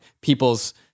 people's